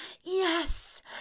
yes